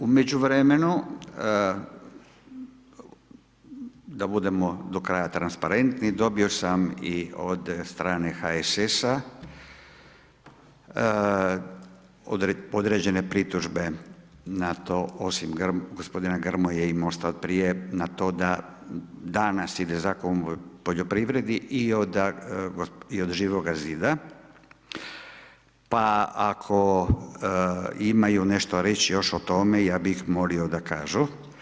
U međuvremenu, da budemo do kraja transparentni, dobio sam i od strane HSS-a određene pritužbe na to, osim gospodina Grmoje i Mosta od prije, na to da danas ide Zakon o poljoprivredi i od Živoga Zida, pa ako imaju nešto reći još o tome, ja bih molio da kažu.